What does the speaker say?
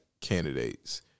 candidates